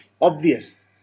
obvious